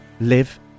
live